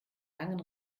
langen